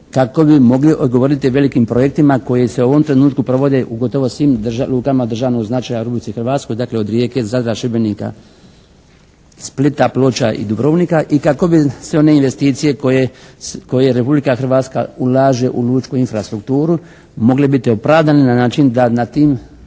kako bi mogli odgovoriti velikim projektima koji se u ovom trenutku provode u gotovo svim lukama od državnog značaja u Republici Hrvatskoj dakle, od Rijeke, Zadra, Šibenika, Splita, Ploča i Dubrovnika. I kako bi sve one investicije koje Republika Hrvatska ulaže u lučku infrastrukturu mogle biti opravdane na način da na tim